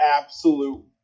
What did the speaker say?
absolute